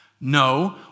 No